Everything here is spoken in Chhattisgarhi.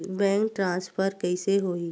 बैंक ट्रान्सफर कइसे होही?